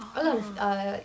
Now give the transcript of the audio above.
ah